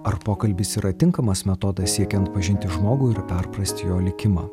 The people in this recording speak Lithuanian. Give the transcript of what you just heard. ar pokalbis yra tinkamas metodas siekiant pažinti žmogų ir perprasti jo likimą